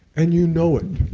and you know it.